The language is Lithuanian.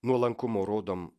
nuolankumo rodom